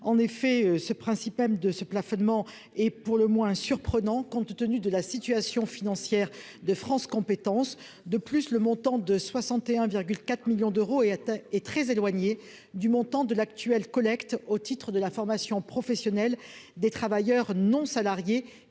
en effet, ce principe de ce plafonnement est pour le moins surprenant compte tenu de la situation financière de France compétences de plus le montant de 61,4 millions d'euros et atteint et très éloigné du montant de l'actuel collecte au titre de la formation professionnelle des travailleurs non salariés